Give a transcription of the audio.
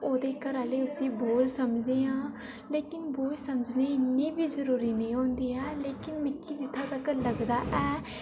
ओह्दे घरैआह्ले उसी बोझ समझदे लेकिन बोझ समझने इन्ने बी जरूरी नेईं होंदे ऐ लेकिन मिगी जित्थै तक लगदा ऐ